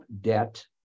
debt